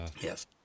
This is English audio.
Yes